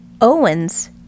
Owens